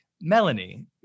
Melanie